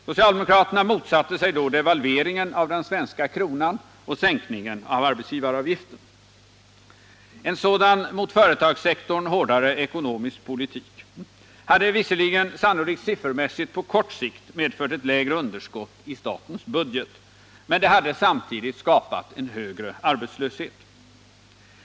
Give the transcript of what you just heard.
Socialdemokraterna motsatte sig då devalveringen av den svenska kronan och sänkningen av arbetsgivaravgiften. En sådan mot företagssektorn hårdare ekonomisk politik hade visserligen sannolikt siffermässigt på kort sikt medfört ett lägre underskott i statens budget, men det hade samtidigt skapat en högre arbetslöshet.